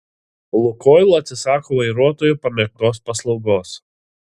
lukoil atsisako vairuotojų pamėgtos paslaugos